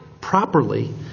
properly